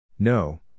No